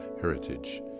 heritage